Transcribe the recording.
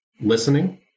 listening